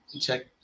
check